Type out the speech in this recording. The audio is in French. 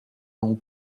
l’on